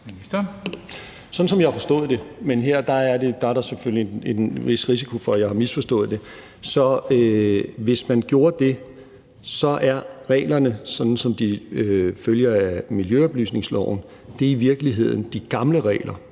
Som jeg har forstået det, men der er selvfølgelig en vis risiko for, at jeg har misforstået det, er reglerne, som de følger af miljøoplysningsloven, i virkeligheden de gamle regler;